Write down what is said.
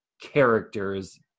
characters